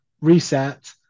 reset